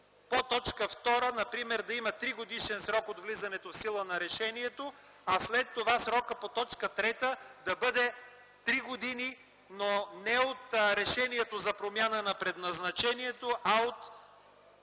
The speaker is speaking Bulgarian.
По т. 2, например, да има тригодишен срок от влизането в сила на решението, а след това срокът по т. 3 да бъде три години, но не от решението за промяна на предназначението, а от